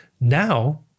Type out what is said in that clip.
now